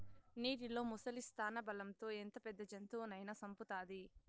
నీటిలో ముసలి స్థానబలం తో ఎంత పెద్ద జంతువునైనా సంపుతాది